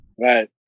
right